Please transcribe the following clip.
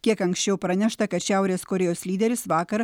kiek anksčiau pranešta kad šiaurės korėjos lyderis vakar